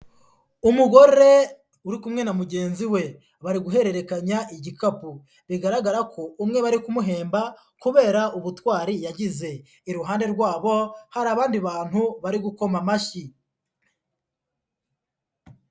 Umugore uri kumwe na mugenzi we. Bari guhererekanya igikapu. Bigaragara ko umwe bari kumuhemba kubera ubutwari yagize. Iruhande rwabo, hari abandi bantu bari gukoma amashyi.